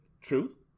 truth